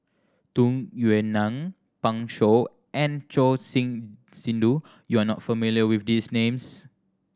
Tung Yue Nang Pan Shou and Choor Singh Sidhu you are not familiar with these names